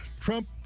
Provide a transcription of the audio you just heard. Trump